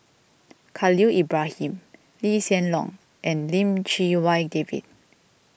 Khalil Ibrahim Lee Hsien Loong and Lim Chee Wai David